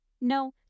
No